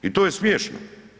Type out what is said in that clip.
I to je smiješno.